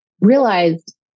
realized